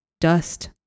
dust